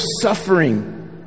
suffering